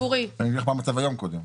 אני אגיד לך מה המצב היום קודם.